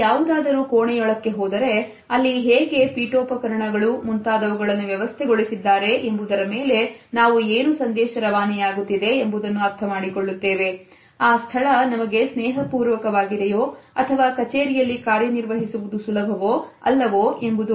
ನಾವು ಯಾವುದಾದರೂ ಕೋಣೆಯೊಳಕ್ಕೆ ಹೋದರೆ ಅಲ್ಲಿ ಹೇಗೆ ಪೀಠೋಪಕರಣಗಳು ಮುಂತಾದವುಗಳನ್ನು ವ್ಯವಸ್ಥೆ ಗಳಿಸಿದ್ದಾರೆ ಎಂಬುದರ ಮೇಲೆ ನಾವು ಏನು ಸಂದೇಶ ರವಾನೆಯಾಗುತ್ತದೆ ಎಂಬುದನ್ನು ಅರ್ಥ ಮಾಡಿಕೊಳ್ಳುತ್ತೇವೆ ಆ ಸ್ಥಳ ನಮಗೆ ಸ್ನೇಹಪೂರ್ವಕವಾಗಿದೆಯೋ ಅಥವಾ ಕಚೇರಿಯಲ್ಲಿ ಕಾರ್ಯ ನಿರ್ವಹಿಸುವುದು ಸುಲಭವೋ ಅಲ್ಲವೋ ಎಂಬುದು